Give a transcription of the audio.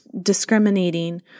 discriminating